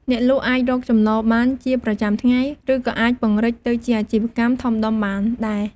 អ្នកលក់អាចរកចំណូលបានជាប្រចាំថ្ងៃ ឬក៏អាចពង្រីកទៅជាអាជីវកម្មធំដុំបានដែរ។